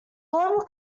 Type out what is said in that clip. global